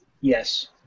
Yes